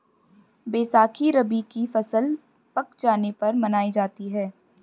बैसाखी रबी की फ़सल पक जाने पर मनायी जाती है